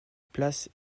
place